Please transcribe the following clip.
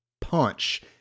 punch